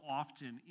often